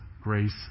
grace